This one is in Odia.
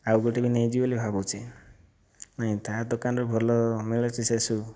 ଆଉ ଗୋଟିଏ ବି ନେଇଯିବି ବୋଲି ଭାବୁଛି ନାହିଁ ତା' ଦୋକାନରୁ ଭଲ ମିଳୁଛି ସେ ସୁ'